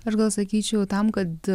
aš gal sakyčiau tam kad